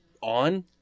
on